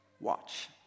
watch